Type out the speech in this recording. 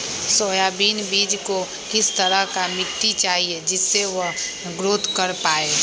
Soybean बीज को किस तरह का मिट्टी चाहिए जिससे वह ग्रोथ कर पाए?